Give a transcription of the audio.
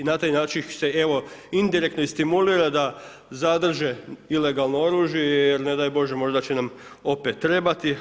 I na taj način ih se evo indirektno i stimulira da zadrže ilegalno oružje jer ne daj Bože možda će nam opet trebati.